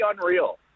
unreal